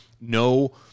no